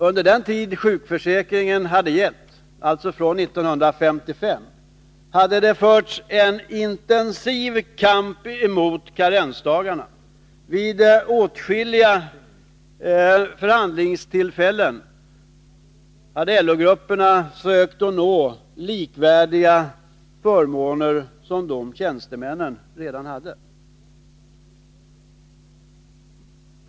Under den tid sjukförsäkringen hade gällt — alltså från 1955 — hade det förts en intensiv kamp mot karensdagarna. Vid åtskilliga förhandlingstillfällen hade LO-grupperna sökt att nå förmåner likvärdiga med tjänstemännens.